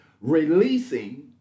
releasing